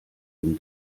dem